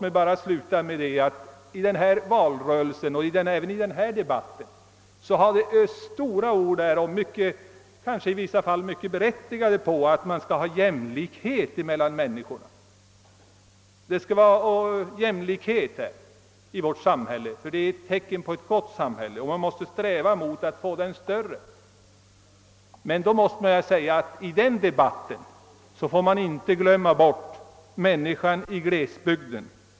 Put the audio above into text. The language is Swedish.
I årets valrörelse och även i denna debatt har det sagts stora och i vissa fall mycket berättigade ord om jämlikhet mellan människor; om det råder jämlikhet i ett samhälle är det ett tecken på att det är ett gott samhälle, och man måste därför sträva efter att göra jämlikheten större. I den debatten får man inte glömma bort människorna i glesbygden.